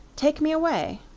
take me away.